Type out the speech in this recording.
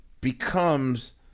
becomes